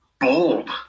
bold